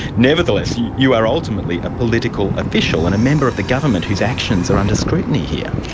nevertheless you are ultimately a political official and a member of the government whose actions are under scrutiny here.